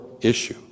issue